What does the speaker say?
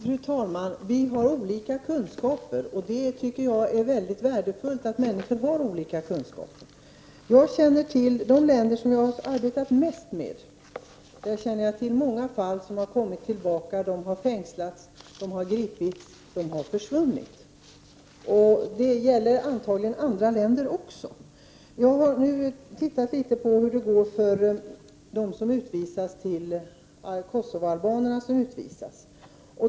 Fru talman! Vi har olika kunskaper, och det är mycket värdefullt att människor har det. I de länder som jag har arbetat mest med känner jag till många fall som har kommit tillbaka, gripits, fängslats och försvunnit. Det gäller antagligen också i andra länder. Jag har nu tittat litet på hur det går för de kosovoalbaner som utvisas.